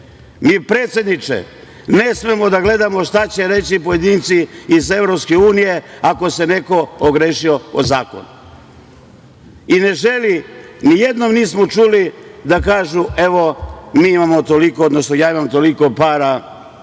predsedniče, ne smemo da gledamo šta će reći pojedinci iz EU ako se neko ogrešio o zakon. I ne želi, nijednom nismo čuli da kažu – evo, mi imamo toliko, odnosno ja imam toliko para,